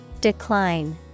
Decline